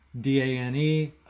D-A-N-E